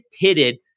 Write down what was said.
pitted